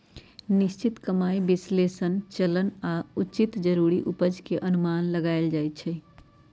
निश्चित कमाइ विश्लेषण के लेल अपेक्षित नकदी चलन आऽ उचित जरूरी उपज के अनुमान लगाएल जाइ छइ